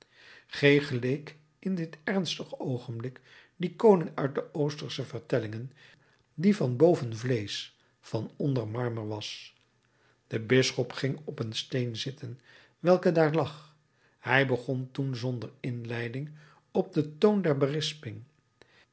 g geleek in dit ernstig oogenblik dien koning uit de oostersche vertellingen die van boven vleesch van onder marmer was de bisschop ging op een steen zitten welke daar lag hij begon toen zonder inleiding op den toon der berisping